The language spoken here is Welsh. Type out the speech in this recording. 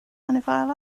anifail